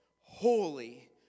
holy